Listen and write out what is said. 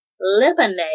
Lemonade